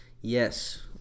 Yes